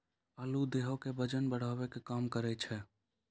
आलू देहो के बजन बढ़ावै के काम करै छै